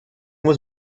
was